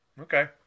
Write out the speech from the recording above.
okay